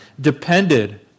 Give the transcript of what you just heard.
depended